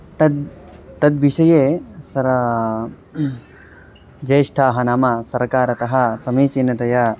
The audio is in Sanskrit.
तद् तद्विषये सरा ज्येष्ठाः नाम सर्वकारतः समीचीनतया